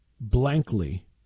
blankly